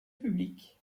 public